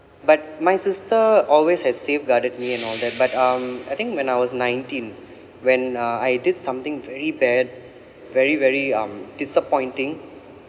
but my sister always has safeguarded me and all that but um I think when I was nineteen when uh I did something very bad very very um disappointing